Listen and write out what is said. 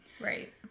Right